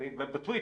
בטוויטר,